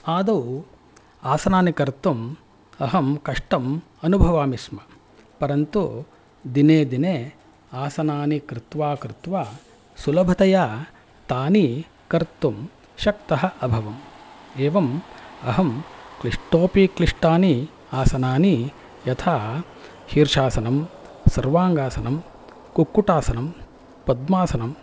आदौ आसनानि कर्तुं अहम् कष्टम् अनुभवामि स्म परन्तु दिने दिने आसनानि कृत्वा कृत्वा सुलभतया तानि कर्तुम् शक्तः अभवम् एवम् अहम् क्लिष्टोपि क्लिष्टानि आसनानि यथा शीर्षासनं सर्वाङ्गासनं कुक्कुटासनं पद्मासनं